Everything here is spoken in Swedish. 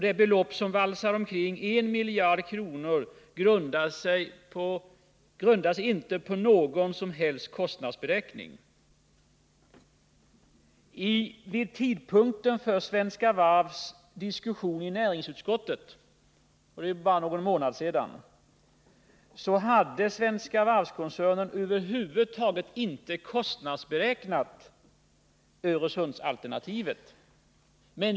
Det belopp som valsar omkring, en miljard kronor, grundar sig inte på någon som helst beräkning. Vid en diskussion som fördes i näringsutskottet för bara någon månad sedan hade Svenska Varv-koncernen över huvud taget inte kostnadsberäknat Öresundsalternativet.